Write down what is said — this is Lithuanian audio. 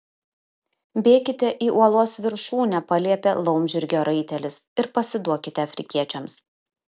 bėkite į uolos viršūnę paliepė laumžirgio raitelis ir pasiduokite afrikiečiams